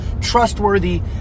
trustworthy